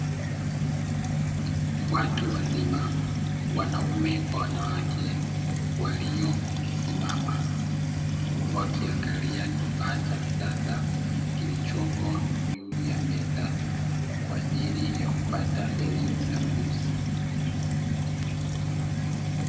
Watu wazima wanaume kwa wanawake waliosimama wakiangalia kifaa cha kisasa kilichopo juu ya meza kwa ajili ya kupata elimu na ujuzi.